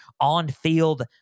on-field